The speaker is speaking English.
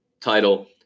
title